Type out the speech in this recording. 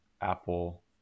Apple